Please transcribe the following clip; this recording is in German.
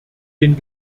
den